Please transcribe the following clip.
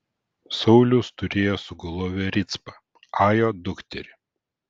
saulius turėjo sugulovę ricpą ajo dukterį